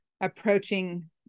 approaching